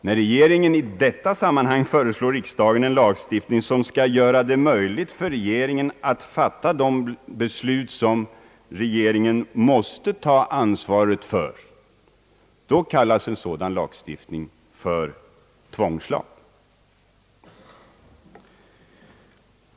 När regeringen i detta sammanhang föreslår riksdagen en lagstiftning som skall göra det möjligt för regeringen att fatta de beslut som regeringen måste ta ansvaret för, då kallas en sådan lagstiftning för tvångslag.